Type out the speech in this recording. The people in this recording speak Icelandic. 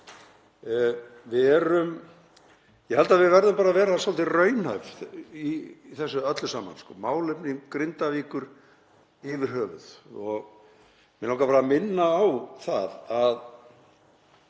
Ég held að við verðum að vera svolítið raunhæf í þessu öllu saman, málefnum Grindavíkur yfir höfuð. Mig langar að minna á það að